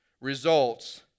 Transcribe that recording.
results